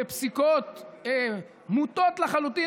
בפסיקות מוטות לחלוטין,